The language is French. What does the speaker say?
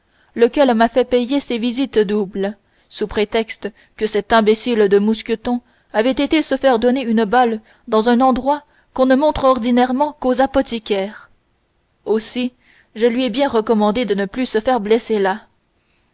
lequel m'a fait payer ses visites double sous prétexte que cet imbécile de mousqueton avait été se faire donner une balle dans un endroit qu'on ne montre ordinairement qu'aux apothicaires aussi je lui ai bien recommandé de ne plus se faire blesser là